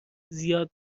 زیاد